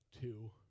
two